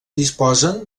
disposen